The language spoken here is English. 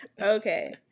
Okay